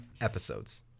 episodes